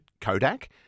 Kodak